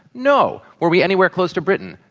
no. were we anywhere close to britain?